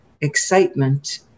excitement